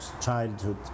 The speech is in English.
childhood